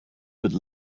could